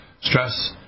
stress